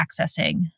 accessing